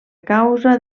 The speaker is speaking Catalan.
causa